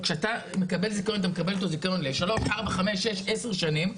כשאתה מקבל את הזיכיון אתה מקבל את הזיכיון לשלוש ארבע חמש שש עשר שנים,